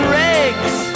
rags